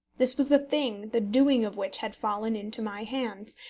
this was the thing the doing of which had fallen into my hands,